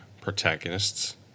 Protagonists